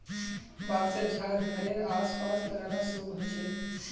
बांसशेर झाड़ घरेड आस पास लगाना शुभ ह छे